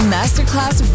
Masterclass